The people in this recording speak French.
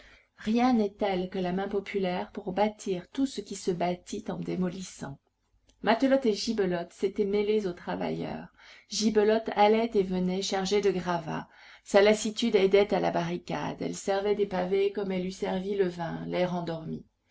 rien n'est tel que la main populaire pour bâtir tout ce qui se bâtit en démolissant matelote et gibelotte s'étaient mêlées aux travailleurs gibelotte allait et venait chargée de gravats sa lassitude aidait à la barricade elle servait des pavés comme elle eût servi du vin l'air endormi